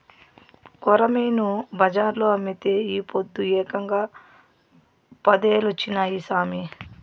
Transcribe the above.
కొరమీను బజార్లో అమ్మితే ఈ పొద్దు ఏకంగా పదేలొచ్చినాయి సామి